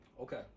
Okay